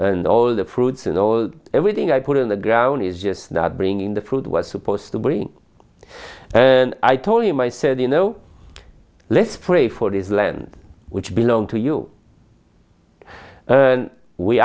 and all the fruits and all everything i put in the ground is just not bring in the food was supposed to bring i told him i said you know let's pray for this land which belonged to you